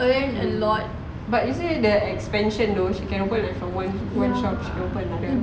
earn a lot but you say the expansion though she cannot wait for one shop she open